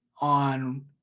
on